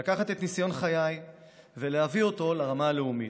לקחת את ניסיון חיי ולהביא אותו לרמה הלאומית.